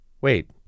Wait